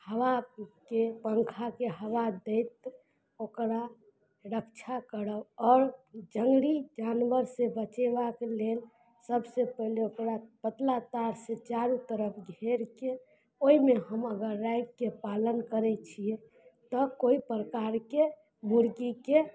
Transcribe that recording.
हवाके पङ्खाके हवा दैत ओकरा रक्षा करब आओर जङ्गली जानवरसँ बचेबाक लेल सबसँ पहिले ओकरा पतला तारसँ चारू तरफ घेरके ओइमे हम अगर राखिके पालन करय छियै तऽ कोइ प्रकारके मुर्गीके